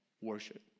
Worship